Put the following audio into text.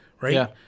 Right